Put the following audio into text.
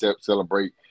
celebrate